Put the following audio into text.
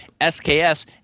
SKS